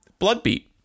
Bloodbeat